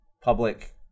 Public